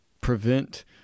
prevent